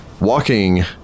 Walking